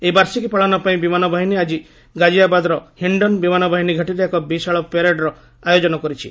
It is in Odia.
ଏହି ବାର୍ଷିକୀ ପାଳନ ପାଇଁ ବିମାନ ବାହିନୀ ଆକ୍କି ଗାଜିଆବାଦ୍ର ହିଣ୍ଡନ୍ ବିମାନବାହିନୀ ଘାଟିରେ ଏକ ବିଶାଳ ପ୍ୟାରେଡର ଆୟୋଜନ କରିଛି